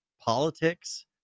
politics